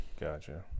Gotcha